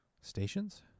Stations